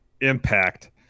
Impact